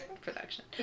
Production